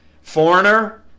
Foreigner